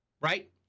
right